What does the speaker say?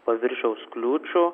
paviršiaus kliūčių